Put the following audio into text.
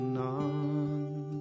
none